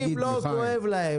השבעים לא כואב להם.